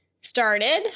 started